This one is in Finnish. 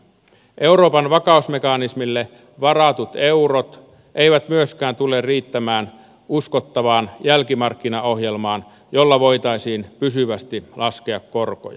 euroopan vakausmekanismille varatut eurot eivät myöskään tule riittämään uskottavaan jälkimarkkinaohjelmaan jolla voitaisiin pysyvästi laskea korkoja